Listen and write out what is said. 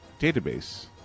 database